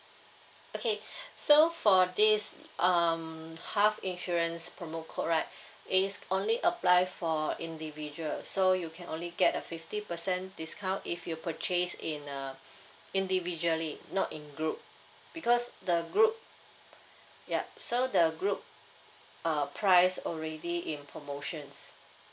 okay so for this um half insurance promo code right it's only apply for individual so you can only get a fifty percent discount if you purchase in uh individually not in group because the group yup so the group uh price already in promotions